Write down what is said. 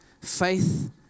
faith